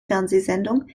fernsehsendung